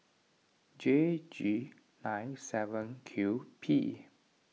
J G nine seven Q P